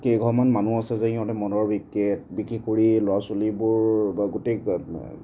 কেইঘৰ মান মানুহ আছে যে সিহঁতে মদো বিকে বিক্ৰী কৰি ল'ৰা ছোৱালীবোৰ বা গোটেই